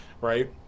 right